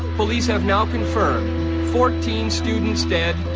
police have now confirmed fourteen students dead,